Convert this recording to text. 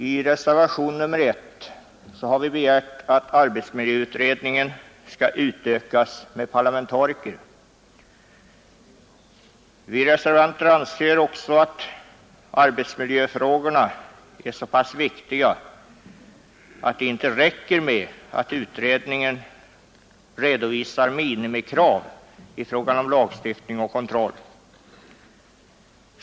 I reservationen 1 har vi begärt att arbetsmiljöutredningen skall utökas med parlamentariker. Vi reservanter anser också att arbetsmiljöfrågorna är så viktiga att det inte räcker med att utredningen redovisar minimikrav i fråga om lagstiftning och kontroll.